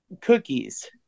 cookies